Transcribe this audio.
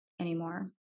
anymore